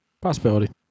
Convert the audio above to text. Possibility